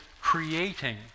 creating